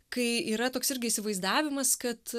kai yra toks irgi įsivaizdavimas kad